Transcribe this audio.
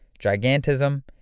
gigantism